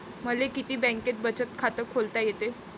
मले किती बँकेत बचत खात खोलता येते?